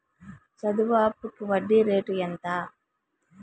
చదువు అప్పుకి వడ్డీ రేటు ఎంత?